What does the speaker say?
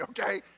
okay